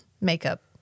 makeup